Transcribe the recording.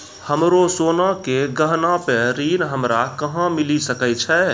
हमरो सोना के गहना पे ऋण हमरा कहां मिली सकै छै?